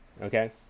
Okay